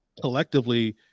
collectively